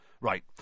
Right